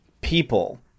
people